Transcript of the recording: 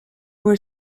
were